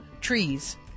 trees